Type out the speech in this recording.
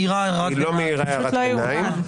לא מעירה הערת בעיניים.